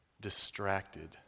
distracted